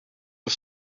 was